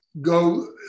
go